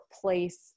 place